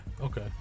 okay